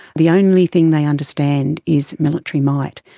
the only thing they understand is military might.